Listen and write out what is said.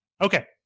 okay